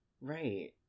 right